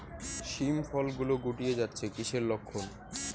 শিম ফল গুলো গুটিয়ে যাচ্ছে কিসের লক্ষন?